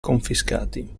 confiscati